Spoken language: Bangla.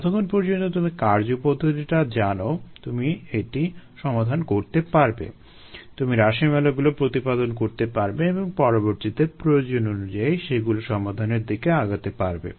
যতক্ষণ পর্যন্ত তুমি কার্যপদ্ধতিটা জানো তুমি এটি সমাধান করতে পারবে তুমি রাশিমালাগুলো প্রতিপাদন করতে পারবে এবং পরবর্তীতে প্রয়োজন অনুযায়ী সেগুলো সমাধানের দিকে আগাতে পারবে